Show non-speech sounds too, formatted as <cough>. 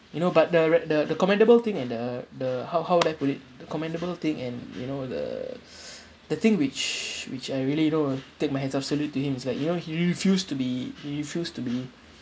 you know but the re~ the commendable thing and the the how how would I put it the commendable thing and you know the <breath> the thing which which I really you know takes my hand off salute to him is like you know he refused to be he refused to be